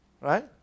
Right